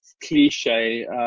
cliche